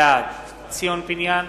בעד ציון פיניאן,